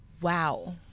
Wow